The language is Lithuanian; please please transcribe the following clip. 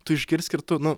tu išgirsk ir tu nu